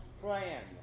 plan